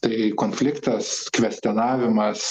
tai konfliktas kvestionavimas